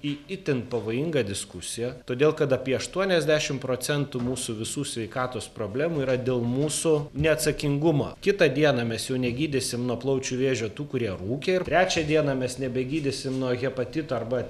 į itin pavojingą diskusiją todėl kad apie aštuoniasdešim procentų mūsų visų sveikatos problemų yra dėl mūsų neatsakingumo kitą dieną mes jau negydysim nuo plaučių vėžio tų kurie rūkė ir trečią dieną mes nebegydysim nuo hepatito arba